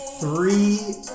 three